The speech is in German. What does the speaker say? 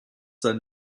sein